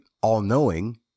all-knowing